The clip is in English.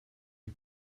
new